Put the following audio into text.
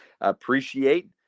appreciate